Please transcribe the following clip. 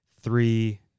three